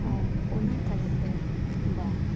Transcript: ᱟᱨ ᱚᱱᱟ ᱛᱟᱭᱚᱢ ᱫᱚ ᱵᱟᱝ